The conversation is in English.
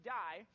die